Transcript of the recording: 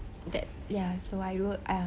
that ya so I do